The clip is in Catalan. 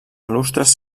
balustres